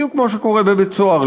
בדיוק כמו שקורה בבית-סוהר,